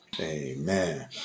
Amen